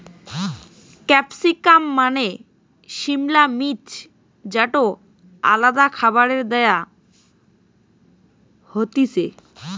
capsicum মানে সিমলা মির্চ যেটো আলাদা খাবারে দেয়া হতিছে